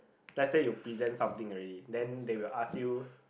let's say you present something already then they will ask you